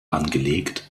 angelegt